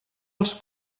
els